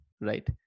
right